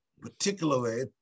particularly